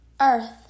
earth